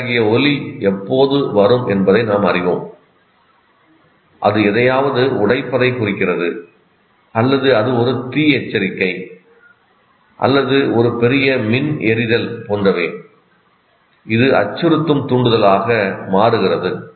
அத்தகைய ஒலி எப்போது வரும் என்பதை நாம் அறிவோம் அது எதையாவது உடைப்பதைக் குறிக்கிறது அல்லது அது ஒரு தீ எச்சரிக்கை அல்லது ஒரு பெரிய மின் எரிதல் போன்றவை உள்ளன இது அச்சுறுத்தும் தூண்டுதலாக மாறுகிறது